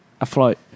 afloat